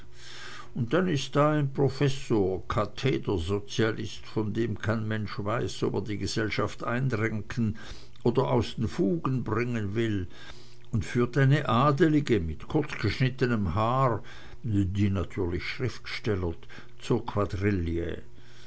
und dann ist da ein professor kathedersozialist von dem kein mensch weiß ob er die gesellschaft einrenken oder aus den fugen bringen will und führt eine adelige mit kurzgeschnittenem haar die natürlich schriftstellert zur quadrille